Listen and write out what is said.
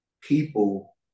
people